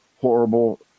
horrible